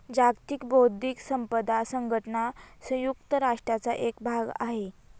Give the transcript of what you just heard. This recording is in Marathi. जागतिक बौद्धिक संपदा संघटना संयुक्त राष्ट्रांचा एक भाग आहे